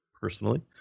personally